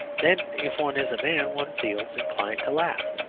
then if one is a man one feels inclined to laugh,